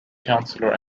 councillor